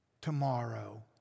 tomorrow